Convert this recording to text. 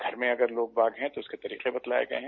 घर में अगर लोग बाग है तो इसके तरीके बतलाए गए हैं